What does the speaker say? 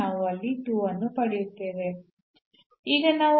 ನಾವು ಇನ್ನೂ ನೆರೆಹೊರೆಯಲ್ಲಿರುತ್ತೇವೆ ಆದರೆ ನಾವು ಎರಡನ್ನೂ 0 ಗೆ ಹೊಂದಿಸಲು ಸಾಧ್ಯವಿಲ್ಲ